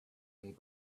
and